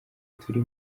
turi